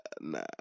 nah